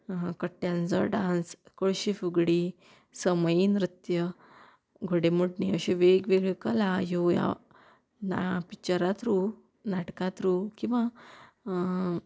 कट्ट्यांचो dance कळशी फुगडी समयी नृत्य घोडेमोडणी अश्यो वेगवेगळ्यो कला ह्यो ह्या पिक्चरां थ्रू नाटकां थ्रू किंवां